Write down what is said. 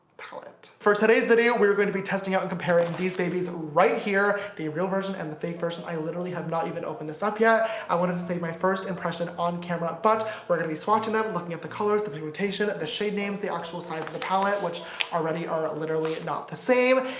palette for today's video we're going to be testing out and comparing these babies right here the real version and the fake version i literally have not even opened this up yet i wanted to save my first impression on camera but we're gonna be swatching them looking at the colors the pigmentation the shade names the actual sizes of palette, which already are literally not the same!